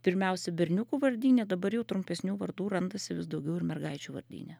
pirmiausia berniukų vardyne dabar jau trumpesnių vardų randasi vis daugiau ir mergaičių vardyne